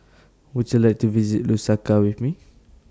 Would YOU like to visit Lusaka with Me